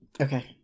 Okay